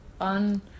on